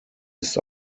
ist